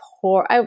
poor